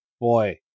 boy